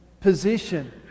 position